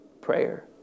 prayer